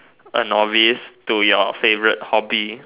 A novice to your favorite hobby